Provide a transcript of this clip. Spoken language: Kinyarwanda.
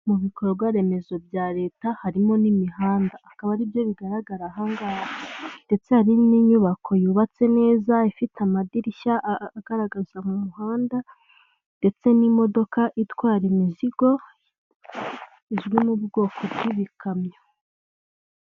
Mu bikorwa remezo bya leta harimo n'imihanda. Akaba aribyo bigaragara ahangaha. Ndetse hari n'inyubako yubatse neza, ifite amadirishya agaragaza mu muhanda, ndetse n'imodoka itwara imizigo, izwi mu bwoko bw'ibikamyo.